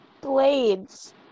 blades